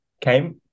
Came